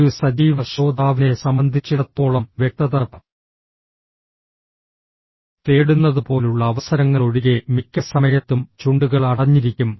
ഒരു സജീവ ശ്രോതാവിനെ സംബന്ധിച്ചിടത്തോളം വ്യക്തത തേടുന്നതുപോലുള്ള അവസരങ്ങളൊഴികെ മിക്ക സമയത്തും ചുണ്ടുകൾ അടഞ്ഞിരിക്കും